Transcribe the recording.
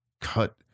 cut